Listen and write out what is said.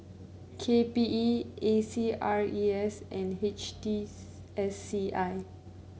K P E A C R E S and H T C S C I